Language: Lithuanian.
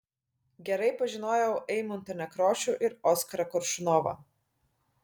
gerai pažinojau eimuntą nekrošių ir oskarą koršunovą